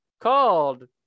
called